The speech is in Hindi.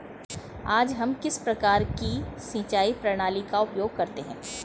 आज हम किस प्रकार की सिंचाई प्रणाली का उपयोग करते हैं?